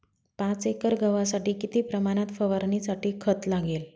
पाच एकर गव्हासाठी किती प्रमाणात फवारणीसाठी खत लागेल?